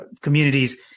communities